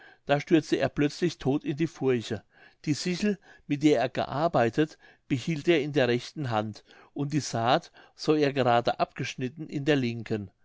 da stürzte er plötzlich todt in die furche die sichel mit der er gearbeitet behielt er in der rechten hand und die saat so er gerade abgeschnitten in der linken